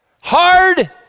hard